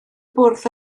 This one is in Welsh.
bwrdd